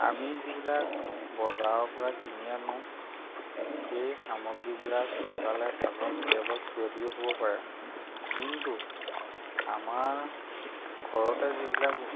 আমি যিবিলাক বজাৰৰ পৰা কিনি আনো সেই সামগ্ৰীবিলাক লগালে চালৰ কেতিয়াবা ক্ষতি হ'ব পাৰে কিন্তু আমাৰ ঘৰতে যিবিলাক